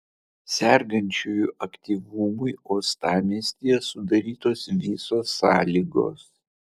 sergančiųjų aktyvumui uostamiestyje sudarytos visos sąlygos